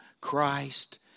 Christ